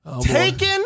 Taken